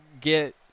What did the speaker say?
get